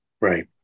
right